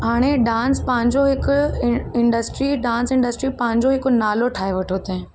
हाणे डांस पंहिंजो हिक इ इंडस्ट्री डांस इंडस्ट्री पंहिंजो हिक नालो ठाहे वठो तैं